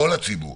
כל הציבור.